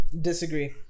disagree